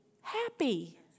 happy